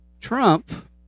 trump